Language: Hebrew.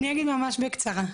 ממש בקצרה.